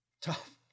Tough